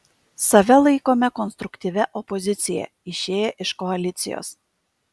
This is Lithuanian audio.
save laikome konstruktyvia opozicija išėję iš koalicijos